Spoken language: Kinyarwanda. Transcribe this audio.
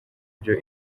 byo